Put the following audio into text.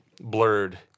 blurred